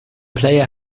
player